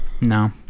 No